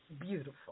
Beautiful